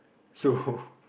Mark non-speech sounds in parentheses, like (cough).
so (laughs)